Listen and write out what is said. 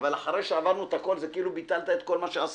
אבל אחרי שעברנו את הכול זה כאילו ביטלת את כל מה שעשינו.